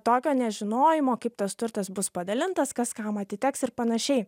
tokio nežinojimo kaip tas turtas bus padalintas kas kam atiteks ir panašiai